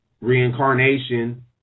reincarnation